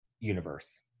Universe